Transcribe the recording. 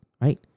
right